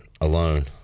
alone